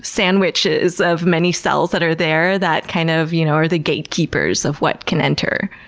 sandwiches of many cells that are there that kind of you know are the gatekeepers of what can enter.